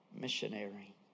missionary